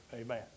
amen